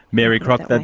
mary crock, but